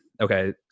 Okay